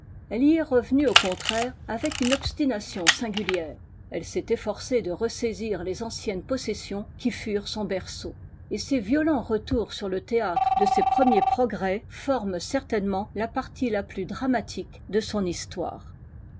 elle y est revenue au contraire avec une obstination singulière elle s'est efforcée de resaisir les anciennes possessions qui furent son berceau et ses violents retours sur le théâtre de ses premiers progrès forment certainement la partie la plus dramatique de son histoire